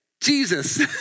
Jesus